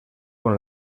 con